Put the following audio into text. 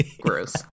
Gross